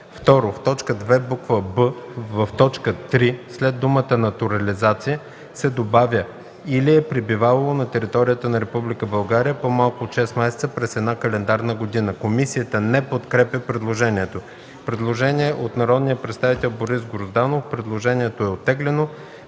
2. В т. 2, буква „б”, в т. 3 след думата „натурализация” се добавя „или е пребивавало на територията на Република България по-малко от 6 месеца през една календарна година”.” Комисията не подкрепя предложението. Предложение от народния представител Борис Грозданов. Предложението е оттеглено.